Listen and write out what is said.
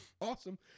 Awesome